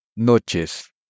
Noches